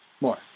More